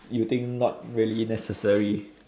you think not really necessary